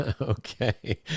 Okay